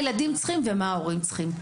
מה הילדים צריכים ומה ההורים צריכים,